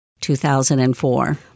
2004